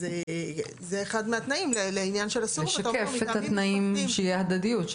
אז זה אחד מהתנאים לעניין -- שיישקף את התנאים בהדדיות,